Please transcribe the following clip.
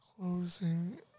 closing